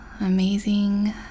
amazing